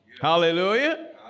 Hallelujah